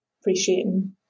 appreciating